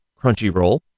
Crunchyroll